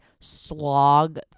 slog